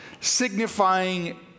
signifying